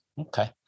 Okay